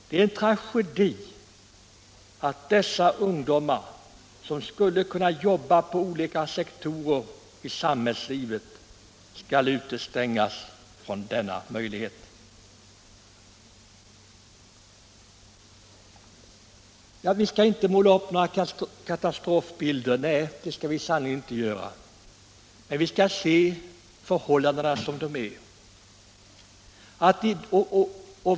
Det är en tragedi att dessa ungdomar som skulle kunna jobba på olika sektorer i samhällslivet skall utestängas från denna möjlighet. Vi skall inte måla upp några katastrofbilder. Nej, det skall vi sannerligen inte göra, men vi skall se förhållandena som de är.